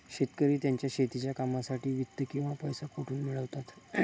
शेतकरी त्यांच्या शेतीच्या कामांसाठी वित्त किंवा पैसा कुठून मिळवतात?